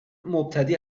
مبتدی